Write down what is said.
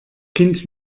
kind